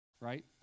right